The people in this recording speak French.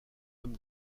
homme